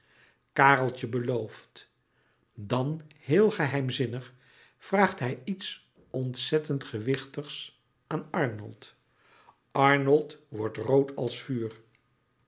kareltje belooft dan heel geheimzinnig vraagt hij iets ontzettend gewichtigs aan arnold arnold wordt rood als vuur